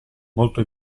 molto